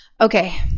Okay